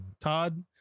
Todd